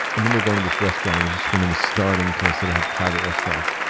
i remember going to this restaurant. it was just when it was starting to so to have private restaurants,